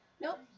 Nope